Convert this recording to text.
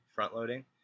front-loading